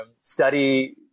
study